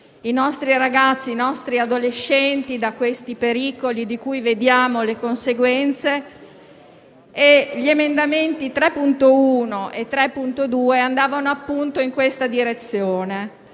i nostri bambini, i nostri adolescenti da quei pericoli, di cui vediamo le conseguenze. Gli emendamenti 3.1 e 3.2 andavano appunto nella direzione